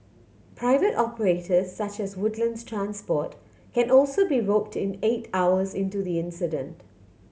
private operators such as Woodlands Transport can also be roped in eight hours into the incident